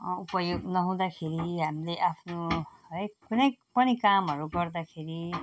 उपयोग नहुँदाखेरि हामीले आफ्नो है कुनै पनि कामहरू गर्दाखेरि